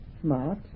smart